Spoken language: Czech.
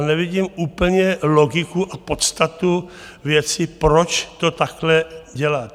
Nevidím úplně logiku a podstatu věci, proč to takhle dělat.